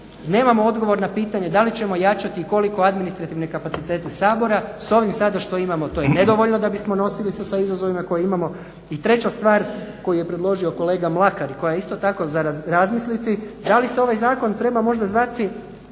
Nemamo odgovor na pitanje da li ćemo jačati i koliko administrativne kapacitete Sabora. Sa ovim sada što imamo to je nedovoljno da bismo nosili se sa izazovima koje imamo. I treća stvar, koju je predložio kolega Mlakar i koja je isto tako za razmisliti da li se ovaj Zakon treba možda zvati